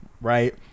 Right